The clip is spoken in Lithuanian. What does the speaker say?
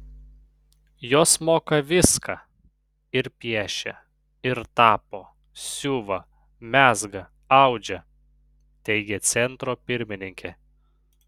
jos moka viską ir piešia ir tapo siuva mezga audžia teigė centro pirmininkė